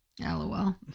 LOL